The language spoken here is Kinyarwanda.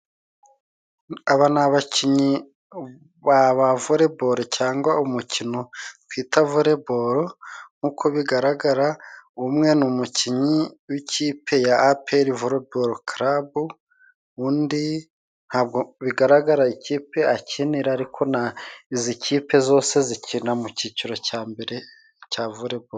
Aba ni abakinnyi ba volebalo cyangwa umukino twita volebolo. Nkuko bigaragara umwe ni umukinnyi w'ikipe ya aperi volebolo karabu, undi ntabwo bigaragara ikipe akinira ariko izi kipe zose zikina mu cyiciro cya mbere cya volebolo.